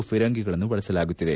ಫಿರಂಗಿಗಳನ್ನು ಬಳಸಲಾಗುತ್ತಿದೆ